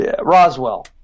Roswell